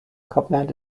copland